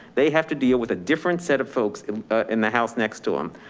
they have to deal with a different set of folks in the house next to them.